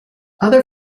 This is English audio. other